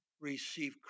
receive